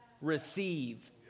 receive